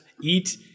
eat